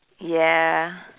ya